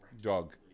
dog